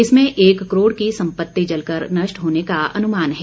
इसमें एक करोड़ की सम्पति जल कर नष्ट होने का अनुमान है